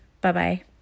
Bye-bye